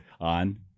on